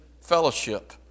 Fellowship